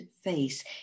face